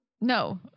No